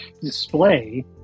display